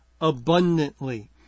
abundantly